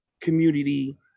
community